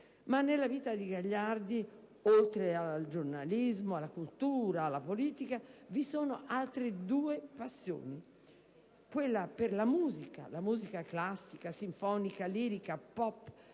Ma nella vita di Gagliardi, oltre al giornalismo, alla cultura, alla politica, vi sono altre due passioni: innanzi tutto quella per la musica, sia essa classica, sinfonica, lirica o pop;